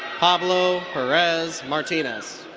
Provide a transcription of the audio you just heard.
pablo perez martinez.